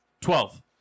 twelve